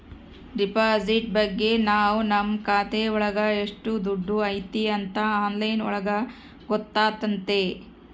deposit ಬಗ್ಗೆ ನಾವ್ ನಮ್ ಖಾತೆ ಒಳಗ ಎಷ್ಟ್ ದುಡ್ಡು ಐತಿ ಅಂತ ಆನ್ಲೈನ್ ಒಳಗ ಗೊತ್ತಾತತೆ